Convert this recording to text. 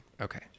Okay